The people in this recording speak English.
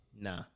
Nah